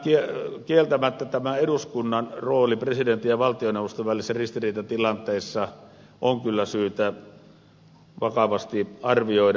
sitten kieltämättä tämä eduskunnan rooli presidentin ja valtioneuvoston välisissä ristiriitatilanteissa on kyllä syytä vakavasti arvioida